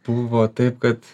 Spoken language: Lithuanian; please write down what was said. buvo taip kad